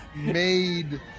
made